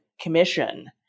commission